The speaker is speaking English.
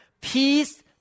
peace